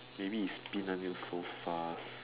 maybe is spin until so fast